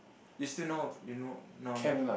you still know how to you know now no